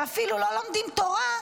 שאפילו לא לומדים תורה,